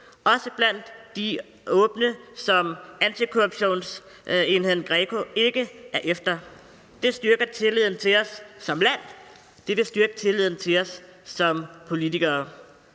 også blandt de åbne, som antikorruptionsenheden GRECO ikke er efter, for det styrker tilliden til os som land, og det vil styrke tilliden til os som politikere,